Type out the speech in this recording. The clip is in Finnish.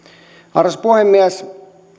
arvoisa puhemies